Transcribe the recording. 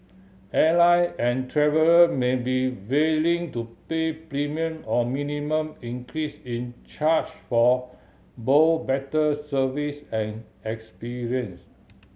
airline and traveller may be willing to pay premium or minimum increase in charge for both better service and experience